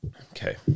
Okay